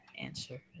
answer